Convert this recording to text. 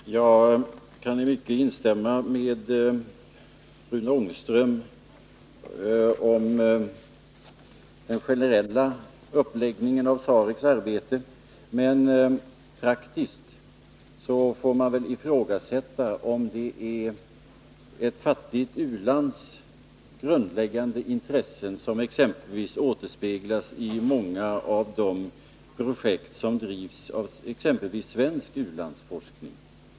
Fru talman! Jag kan i mycket instämma med Rune Ångström i fråga om den generella uppläggningen av SAREC:s arbete. Men praktiskt får man väl ifrågasätta om det är ett fattigt u-lands grundlägganden intressen som återspeglas i många av de projekt som drivs av exempelvis svensk u-landsforskning.